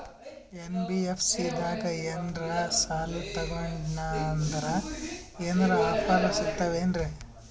NBFC ದಾಗ ಏನ್ರ ಸಾಲ ತೊಗೊಂಡ್ನಂದರ ಏನರ ಆಫರ್ ಸಿಗ್ತಾವೇನ್ರಿ?